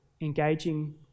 engaging